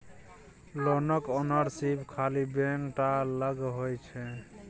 लोनक ओनरशिप खाली बैंके टा लग होइ छै